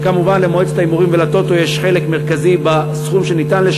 כמובן למועצת ההימורים ול"טוטו" יש חלק מרכזי בסכום שניתן.